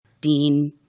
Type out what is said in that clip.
dean